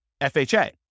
FHA